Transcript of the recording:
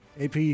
AP